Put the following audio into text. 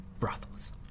brothels